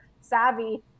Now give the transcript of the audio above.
savvy